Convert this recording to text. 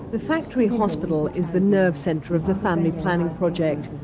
the factory hospital is the nerve centre of the family planning project.